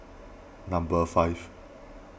number five